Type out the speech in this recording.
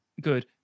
good